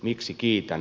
miksi kiitän